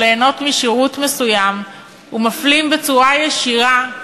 ליהנות משירות מסוים ומפלים בצורה ישירה,